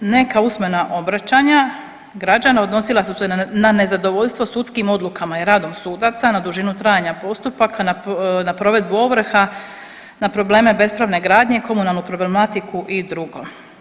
Neka usmena obraćanja građana odnosila su se na nezadovoljstvo sudskim odlukama i radom sudaca na dužinu trajanja postupaka, na provedbu ovrha, na probleme bespravne gradnje i komunalnu problematiku i drugo.